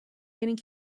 getting